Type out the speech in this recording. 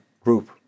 group